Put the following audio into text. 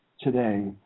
today